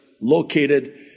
located